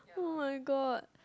oh my god